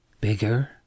bigger